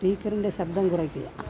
സ്പീക്കറിൻ്റെ ശബ്ദം കുറയ്ക്കുക